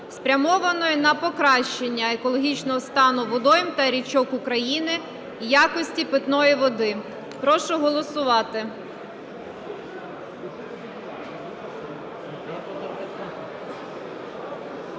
спрямованої на покращення екологічного стану водойм та річок України, якості питної води. Прошу голосувати.